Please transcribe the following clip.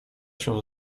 się